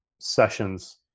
sessions